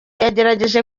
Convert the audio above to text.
yagerageje